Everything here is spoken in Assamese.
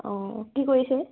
অঁ কি কৰিছে